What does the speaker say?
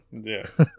yes